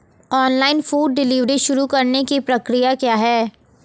Online food delivery शुरू करने की प्रक्रिया क्या है?